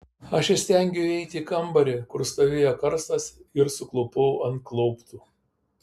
aš įstengiau įeiti į kambarį kur stovėjo karstas ir suklupau ant klauptų